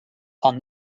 are